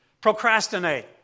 procrastinate